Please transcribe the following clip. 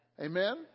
Amen